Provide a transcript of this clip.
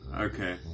Okay